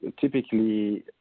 typically